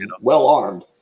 well-armed